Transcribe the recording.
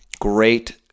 great